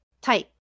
type